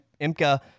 Imka